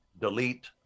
delete